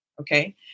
Okay